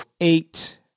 eight